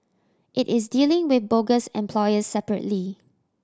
it is dealing with bogus employers separately